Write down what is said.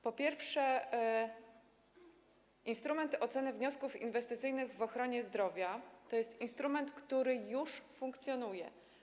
Po pierwsze, instrument oceny wniosków inwestycyjnych w ochronie zdrowia to jest instrument, który już funkcjonuje.